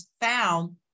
found